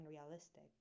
unrealistic